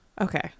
Okay